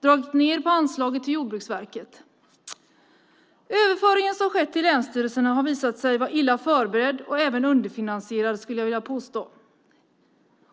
Ni har dragit ned på anslaget till Jordbruksverket. Den överföring till länsstyrelserna som har skett har visat sig vara illa förberedd och även underfinansierad, skulle jag vilja påstå.